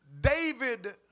David